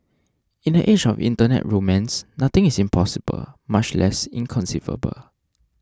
in the age of internet romance nothing is impossible much less inconceivable